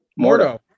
Mordo